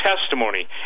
testimony